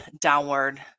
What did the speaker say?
downward